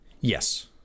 Yes